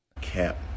Cap